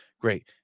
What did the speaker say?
Great